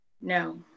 No